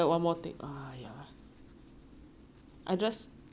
I just stressed myself up for no reason